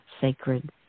sacred